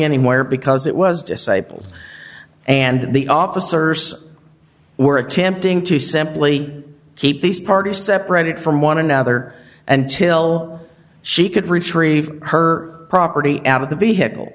anywhere because it was disabled and the officers were attempting to simply keep these parties separated from one another until she could retrieve her property out of the vehicle